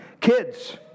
Kids